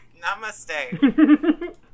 Namaste